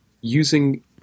using